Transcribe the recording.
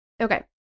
Okay